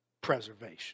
preservation